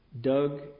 Doug